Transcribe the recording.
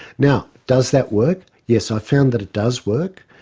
now, does that work? yes, i found that it does work.